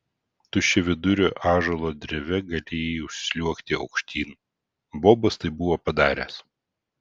tuščiavidurio ąžuolo dreve galėjai užsliuogti aukštyn bobas tai buvo padaręs